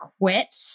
quit